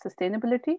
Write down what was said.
Sustainability